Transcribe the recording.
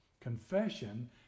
Confession